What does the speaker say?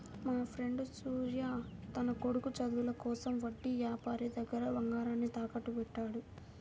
మాఫ్రెండు సూర్య తన కొడుకు చదువుల కోసం వడ్డీ యాపారి దగ్గర బంగారాన్ని తాకట్టుబెట్టాడు